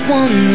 one